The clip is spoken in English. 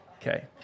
Okay